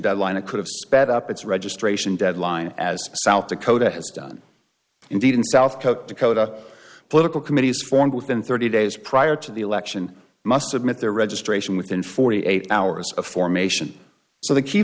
deadline it could have sped up its registration deadline as south dakota has done indeed in south dakota political committees formed within thirty days prior to the election must submit their registration within forty eight hours of formation so the key